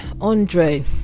Andre